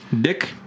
Dick